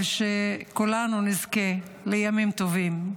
ושכולנו נזכה לימים טובים.